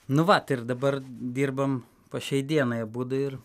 nu vat ir dabar dirbam pa šiai dienai abudu ir